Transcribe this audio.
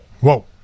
Whoa